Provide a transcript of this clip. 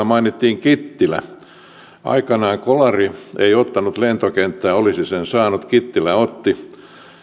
mainittiin kittilä aikoinaan kolari ei ottanut lentokenttää olisi sen saanut kittilä otti